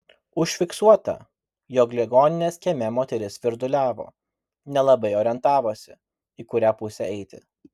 užfiksuota jog ligoninės kieme moteris svirduliavo nelabai orientavosi į kurią pusę eiti